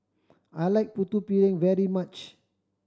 I like Putu Piring very much